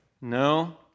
no